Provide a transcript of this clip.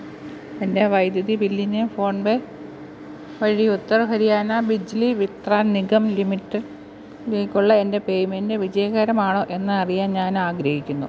എൻ്റെ വൈദ്യുതി ബില്ലിന് ഫോൺ പേ വഴി ഉത്തർ ഹരിയാന ബിജ്ലി വിത്രാൻ നിഗം ലിമിറ്റഡിലേക്കുള്ള എൻ്റെ പേയ്മെൻ്റ് വിജയകരമാണോ എന്ന് അറിയാൻ ഞാൻ ആഗ്രഹിക്കുന്നു